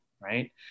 right